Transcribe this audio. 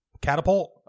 catapult